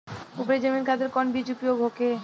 उपरी जमीन खातिर कौन बीज उपयोग होखे?